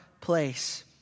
place